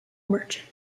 merchant